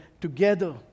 together